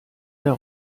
der